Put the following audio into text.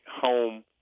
home